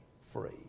free